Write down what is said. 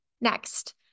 Next